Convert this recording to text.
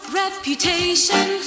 reputation